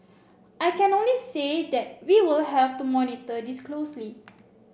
I can only say that we will have to monitor this closely